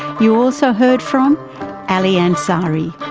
you also heard from ali ansari,